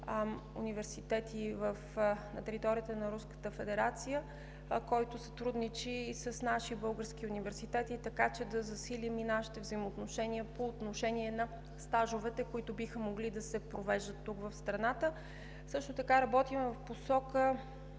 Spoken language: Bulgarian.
университети на територията на Руската федерация, който сътрудничи с български университети, така че да засилим нашите взаимоотношения по отношение на стажовете, които биха могли да се провеждат тук, в страната. Също така работим в посока